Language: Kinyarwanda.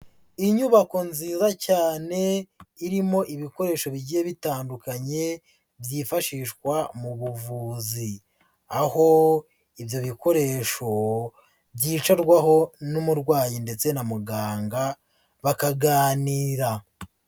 Inyubako nziza cyane irimo ibikoresho bigiye bitandukanye byifashishwa mu buvuzi. Aho ibyo bikoresho byicarwaho n'umurwayi ndetse na muganga bakaganira.